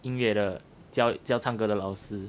音乐的教教唱歌的老师